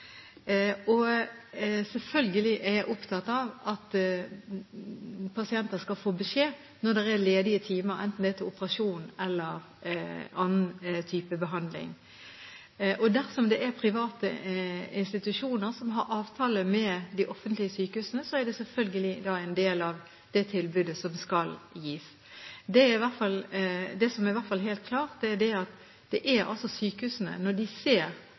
Selvfølgelig er jeg opptatt av at pasienter skal få beskjed når det er ledige timer enten det er til operasjon eller annen type behandling. Dersom det er private institusjoner som har avtale med de offentlige sykehusene, er de selvfølgelig en del av det tilbudet som skal gis. Det som i hvert fall er helt klart, er at sykehusene når de ser at praksis ved sykehuset blir brutt, må følge det